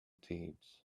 deeds